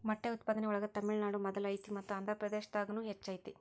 ಮೊಟ್ಟೆ ಉತ್ಪಾದನೆ ಒಳಗ ತಮಿಳುನಾಡು ಮೊದಲ ಐತಿ ಮತ್ತ ಆಂದ್ರಪ್ರದೇಶದಾಗುನು ಹೆಚ್ಚ ಐತಿ